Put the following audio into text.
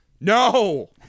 No